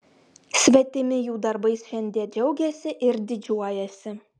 svetimi jų darbais šiandie džiaugiasi ir didžiuojasi